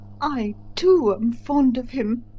i, too, am fond of him.